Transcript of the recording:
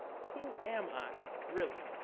who am i, really?